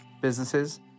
businesses